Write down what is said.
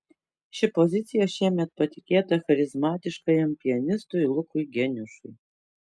ši pozicija šiemet patikėta charizmatiškajam pianistui lukui geniušui